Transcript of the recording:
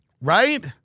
right